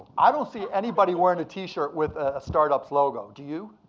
i don't see anybody wearing a t-shirt with a startup's logo, do you?